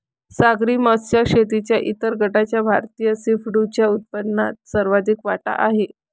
सागरी मत्स्य शेतीच्या इतर गटाचा भारतीय सीफूडच्या उत्पन्नात सर्वाधिक वाटा आहे